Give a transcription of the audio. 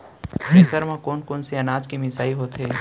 Thresher म कोन कोन से अनाज के मिसाई होथे?